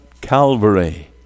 Calvary